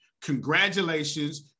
Congratulations